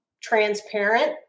transparent